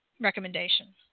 recommendation